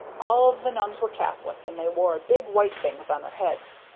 all of the nuns were catholics, and they wore big white things on their heads.